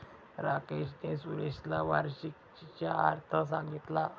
राकेशने सुरेशला वार्षिकीचा अर्थ सांगितला